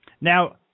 Now